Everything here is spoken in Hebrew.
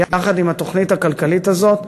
יחד עם התוכנית הכלכלית הזאת,